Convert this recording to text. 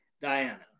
Diana